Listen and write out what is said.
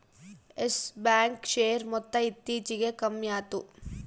Yes bank share ಮೊತ್ತ ಇತ್ತೀಚಿಗೆ ಕಮ್ಮ್ಯಾತು